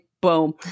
boom